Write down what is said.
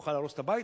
נוכל להרוס את הבית.